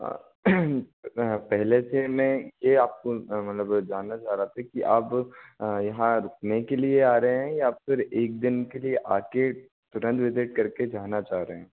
पहले से मैं ये आपको मतलब जानना चाह रहा था कि आप यहाँ रुकने के लिए आ रहे हैं या फिर एक दिन के लिए आके तुरंत विज़िट करके जाना चाह रहे हैं